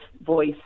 voice